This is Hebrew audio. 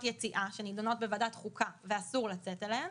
יציאה שנידונות בוועדת חוקה ואסור לצאת אליהן,